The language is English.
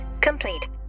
complete